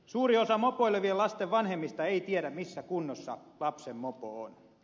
suuri osa mopoilevien lasten vanhemmista ei tiedä missä kunnossa lapsen mopo on